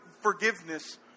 forgiveness